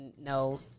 no